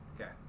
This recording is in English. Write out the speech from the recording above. Okay